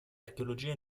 archeologia